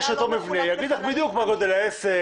של אותו מבנה יגיד לך בדיוק מה גודל העסק,